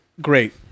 great